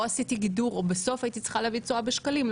עשיתי גידור או בסוף הייתי צריכה להביא תשואה בשקלים,